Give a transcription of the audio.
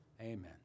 amen